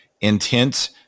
intent